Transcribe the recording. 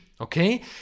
okay